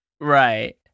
right